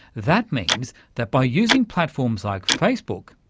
that means that by using platforms like facebook,